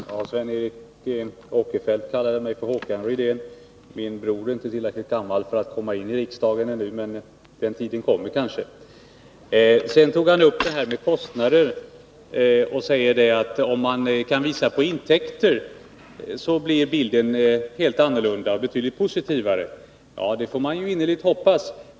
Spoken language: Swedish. Fru talman! Sven Eric Åkerfeldt kallade mig för Håkan Rydén. Men min bror är inte tillräckligt gammal för att komma in i riksdagen ännu, fast den tiden kanske kommer. Sven Eric Åkerfeldt tog upp detta med kostnaderna och sade att om man kan visa på intäkter så blir bilden helt annorlunda och betydligt mer positiv. Ja, det får vi innerligt hoppas.